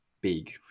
big